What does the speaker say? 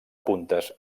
puntes